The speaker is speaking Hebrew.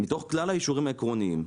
מתוך כלל האישורים העקרוניים,